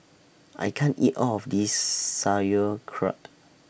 I can't eat All of This Sauerkraut